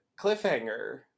cliffhanger